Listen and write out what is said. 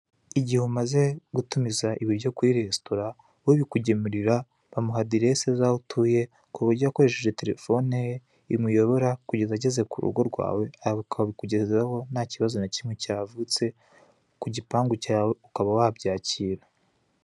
Igihe umaze gutumiza ibiryo kuri resitora babikujyemurira bamuha aderese z'aho utuye kuburyo akoresheje telefone ye imuyobora kugeza ageze ku rugo rwawe, akabikugezaho nta kibazo na kimwe cyavutse ku gipangu cyawe ukaba wabyakira.